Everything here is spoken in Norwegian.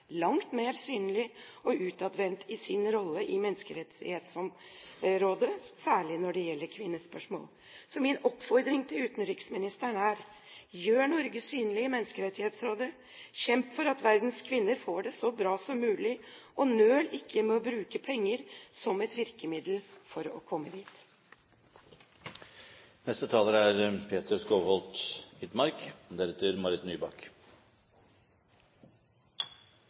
langt mer synlig og utadvendt i sin rolle i Menneskerettighetsrådet, særlig når det gjelder kvinnespørsmål. Så min oppfordring til utenriksministeren er: Gjør Norge synlig i Menneskerettighetsrådet, kjemp for at verdens kvinner får det så bra som mulig, og nøl ikke med å bruke penger som et virkemiddel for å komme dit!